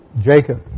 Jacob